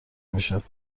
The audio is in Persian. میشد